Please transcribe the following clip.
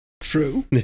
True